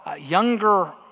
younger